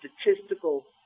statistical